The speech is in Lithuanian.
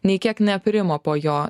nei kiek neaprimo po jo